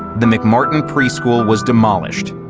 the mcmartin preschool was demolished.